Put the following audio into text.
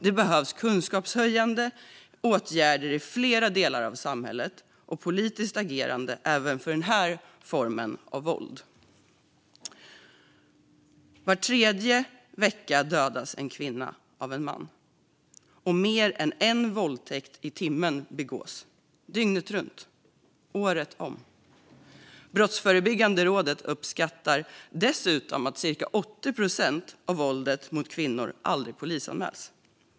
Det behövs kunskapshöjande åtgärder i flera delar av samhället och politiskt agerande även mot den här formen av våld. Var tredje vecka dödas en kvinna av en man, och mer än en våldtäkt i timmen begås dygnet runt året om. Brottsförebyggande rådet uppskattar dessutom att cirka 80 procent av våldet mot kvinnor aldrig polisanmäls.